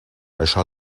això